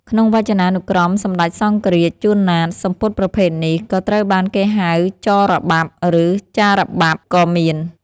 ក្នុងវចនានុក្រមសម្ដេចសង្ឃរាជ ជួន ណាត សំពត់ប្រភេទនេះ ក៏ត្រូវបានគេហៅចរបាប់ ឬចារបាប់ ក៏មាន។